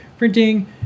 Printing